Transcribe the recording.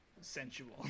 sensual